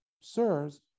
sirs